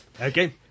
Okay